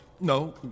No